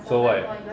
so what